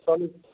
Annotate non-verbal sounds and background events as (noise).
(unintelligible)